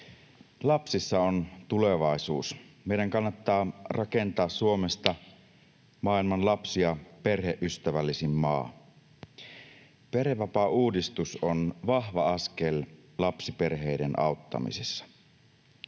Lapsissa on tulevaisuus. Meidän kannattaa rakentaa Suomesta maailman lapsi- ja perheystävällisin maa. Perhevapaauudistus on vahva askel lapsiperheiden auttamisessa.